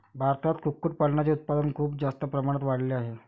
भारतात कुक्कुटपालनाचे उत्पादन खूप जास्त प्रमाणात वाढले आहे